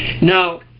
Now